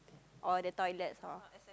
or the toilets or